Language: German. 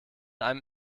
einem